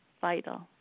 vital